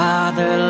Father